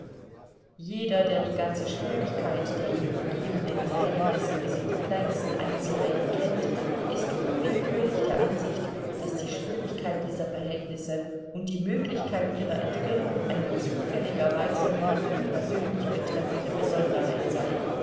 jeder der die ganze schwierigkeit der ihn umgebenden verhältnisse bis in die kleinsten einzelheiten kennt ist unwillkürlich der ansicht daß die schwierigkeit dieser verhältnisse und die möglichkeit ihrer entwirrung eine zufälligerweise nur ihn persönlich betreffende besonderheit sei